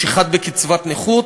יש אחד בקצבת נכות,